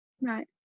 right